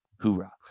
hoorah